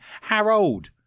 Harold